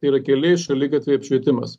tai yra keliai šaligatviai apšvietimas